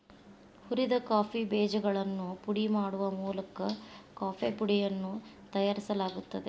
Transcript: ಹುರಿದ ಕಾಫಿ ಬೇಜಗಳನ್ನು ಪುಡಿ ಮಾಡುವ ಮೂಲಕ ಕಾಫೇಪುಡಿಯನ್ನು ತಯಾರಿಸಲಾಗುತ್ತದೆ